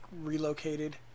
relocated